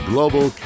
Global